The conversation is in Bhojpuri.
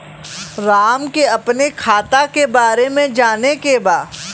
राम के अपने खाता के बारे मे जाने के बा?